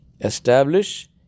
establish